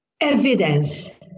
evidence